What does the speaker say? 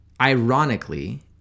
ironically